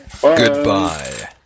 Goodbye